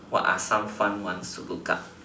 what are some fun ones to look up